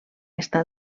estar